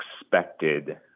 expected